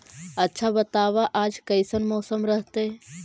आच्छा बताब आज कैसन मौसम रहतैय?